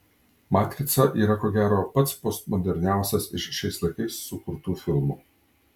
matrica yra ko gero pats postmoderniausias iš šiais laikais sukurtų filmų